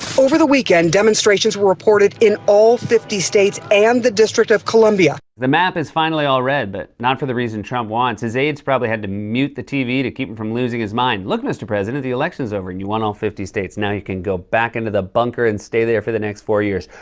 over the weekend, demonstrations were reported in all fifty states and the district of columbia. the map is finally all red, but not for the reason trump wants. his aides probably had to mute the tv to keep him from losing his mind. look, mr. president, the election's over and you won all fifty states. now you can go back into the bunker and stay there for the next four years.